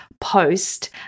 post